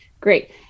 Great